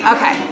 Okay